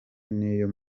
n’iyo